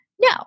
No